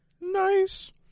Nice